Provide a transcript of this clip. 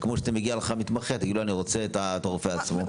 זה כמו שמגיע לך מתמחה ותגיד שאתה רוצה את הרופא עצמו.